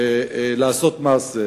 לעשות מעשה.